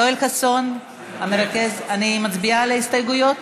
יואל חסון, המרכז, אני מצביעה על ההסתייגויות?